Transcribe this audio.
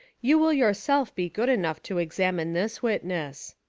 you will your self be good enough to examine this witness.